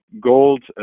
Gold